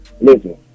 listen